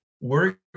work